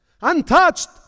Untouched